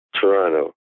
Toronto